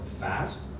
fast